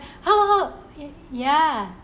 how how how ya